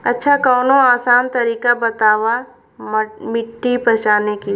अच्छा कवनो आसान तरीका बतावा मिट्टी पहचाने की?